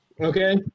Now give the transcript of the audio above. Okay